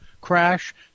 crash